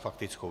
S faktickou.